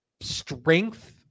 strength